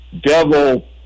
devil